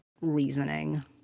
reasoning